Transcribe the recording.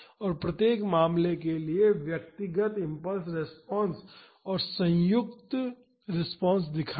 और प्रत्येक मामले के लिए व्यक्तिगत इम्पल्स रिस्पांस और संयुक्त रिस्पांस दिखाएं